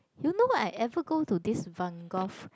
you know what I ever go to this Van-Gogh